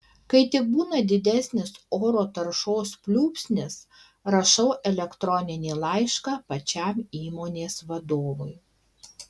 kai tik būna didesnis oro taršos pliūpsnis rašau elektroninį laišką pačiam įmonės vadovui